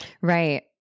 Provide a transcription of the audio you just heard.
Right